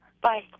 Bye